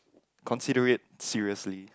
consider it seriously